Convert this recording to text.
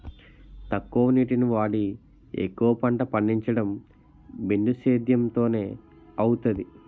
తక్కువ నీటిని వాడి ఎక్కువ పంట పండించడం బిందుసేధ్యేమ్ తోనే అవుతాది